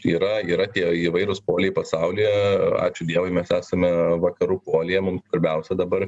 yra yra tie įvairūs poliai pasaulyje ačiū dievui mes esame vakarų polyje mum svarbiausia dabar